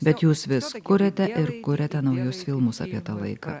bet jūs vis kuriate ir kuriate naujus filmus apie tą laiką